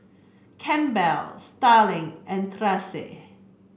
Campbell Starling and Kracee